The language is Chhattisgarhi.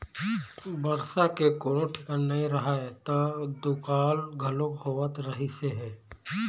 बरसा के कोनो ठिकाना नइ रहय त दुकाल घलोक होवत रहिस हे